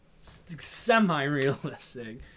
Semi-realistic